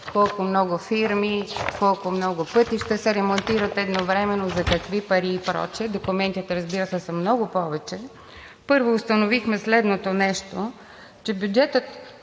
колко много фирми, колко много пътища се ремонтират едновременно, за какви пари и прочее. Документите, разбира се, са много повече. Първо, установихме, че бюджетът